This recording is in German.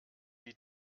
die